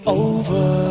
over